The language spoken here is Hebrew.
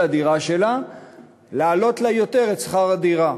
הדירה שלה להעלות לה יותר את שכר הדירה.